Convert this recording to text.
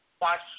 watch